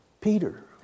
Peter